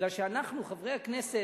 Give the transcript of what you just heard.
כי אנחנו, חברי הכנסת,